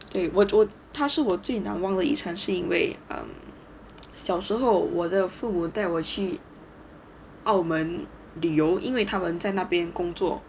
对对我我他是我最难忘的印象是因为小时候我的父母带我去澳门旅游因为他们在那边工作